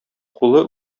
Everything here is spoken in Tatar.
кулы